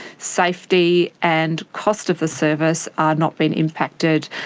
safety and cost of the service are not being impacted,